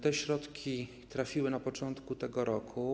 Te środki trafiły tam na początku tego roku.